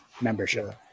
membership